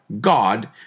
God